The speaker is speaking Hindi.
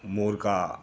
मोर का